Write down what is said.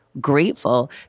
grateful